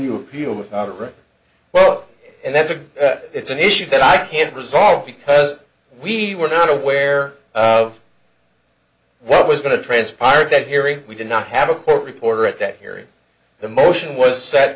really well and that's a it's an issue that i can't resolve because we were not aware of what was going to transpire at that hearing we did not have a court reporter at that hearing the motion was set